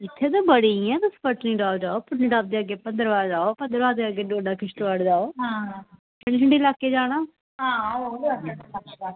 इत्थें गै बड़ी ऐं तुस पत्नीटॉप जाओ भद्रवाह जाओ भद्रवाह दे अग्गें डोडा किश्तवाड़ जाओ ठंडे ठंडे लाकै जाना